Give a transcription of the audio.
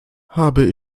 habe